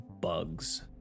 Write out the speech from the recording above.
bugs